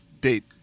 date